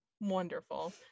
Wonderful